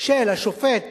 של השופט